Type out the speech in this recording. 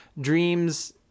dreams